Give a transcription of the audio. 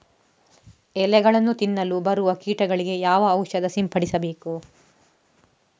ಎಲೆಗಳನ್ನು ತಿನ್ನಲು ಬರುವ ಕೀಟಗಳಿಗೆ ಯಾವ ಔಷಧ ಸಿಂಪಡಿಸಬೇಕು?